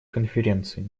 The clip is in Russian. конференции